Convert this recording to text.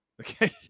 okay